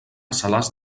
salàs